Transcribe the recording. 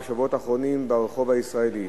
בשבועות האחרונים ברחוב הישראלי.